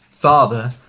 father